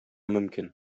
мөмкин